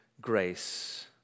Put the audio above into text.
grace